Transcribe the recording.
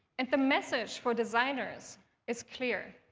and the message for designers is clear.